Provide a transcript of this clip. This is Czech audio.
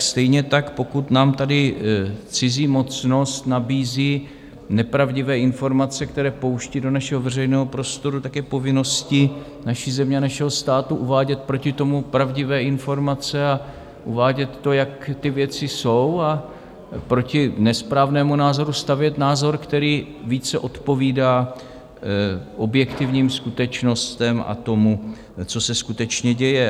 Stejně tak pokud nám tady cizí mocnost nabízí nepravdivé informace, které pouští do našeho veřejného prostoru, je povinností naší země, našeho státu, uvádět proti tomu pravdivé informace a uvádět to, jak ty věci jsou, a proti nesprávnému názoru stavět názor, který více odpovídá objektivním skutečnostem a tomu, co se skutečně děje.